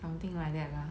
something like that lah